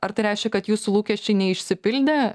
ar tai reiškia kad jūsų lūkesčiai neišsipildė